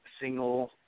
single